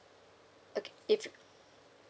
okay if